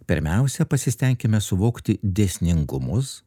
pirmiausia pasistenkime suvokti dėsningumus